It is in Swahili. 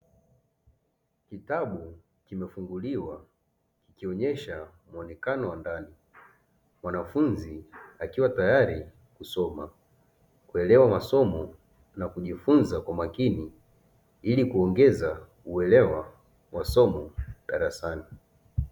Kitabu kimefunguliwa kikionyesha muonekano wa ndani, mwanafunzi, akiwa tayari kusoma kuelewa masomo na kujifunza kwa makini, ili kuongeza uelewa wa somo darasani.